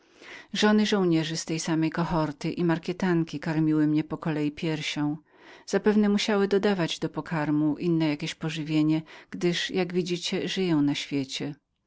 żony żołnierzy tej samej kohorty i przekupki karmiły mnie po kolei zapewne musiały dodawać do pokarmu inne jakie pożywienie gdyż jak widzicie żyję na świecie